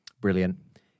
Brilliant